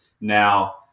Now